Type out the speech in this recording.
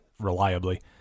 reliably